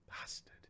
Bastard